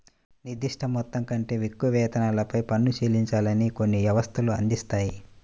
నిర్దిష్ట మొత్తం కంటే ఎక్కువ వేతనాలపై పన్ను చెల్లించాలని కొన్ని వ్యవస్థలు అందిస్తాయి